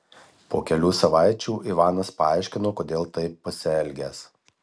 po kelių savaičių ivanas paaiškino kodėl taip pasielgęs